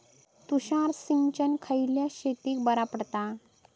तुषार सिंचन खयल्या शेतीक बरा पडता?